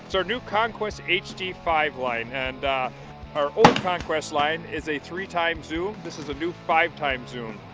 so our new conquest h t five line and our old conquest line is a three time zoom and this is a new five time zoom.